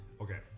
Okay